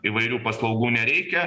įvairių paslaugų nereikia